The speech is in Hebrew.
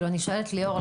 ליאור,